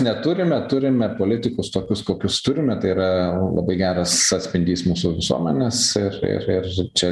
neturime turime politikus tokius kokius turime tai yra labai geras atspindys mūsų visuomenės ir ir ir čia